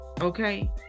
okay